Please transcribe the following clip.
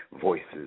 Voices